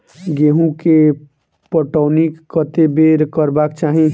गेंहूँ केँ पटौनी कत्ते बेर करबाक चाहि?